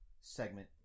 segment